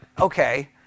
okay